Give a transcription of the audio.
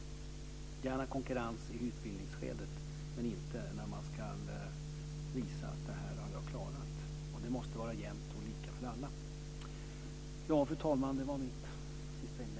Det får gärna vara konkurrens i utbildningsskedet men inte när man ska visa vad man har klarat. Det måste vara jämlikt och lika för alla. Fru talman! Det var mitt sista inlägg i denna interpellationsdebatt.